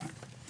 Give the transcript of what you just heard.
(שקף: